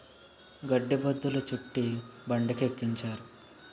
గడ్డి బొద్ధులు చుట్టి బండికెక్కించారు